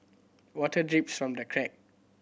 water drips from the crack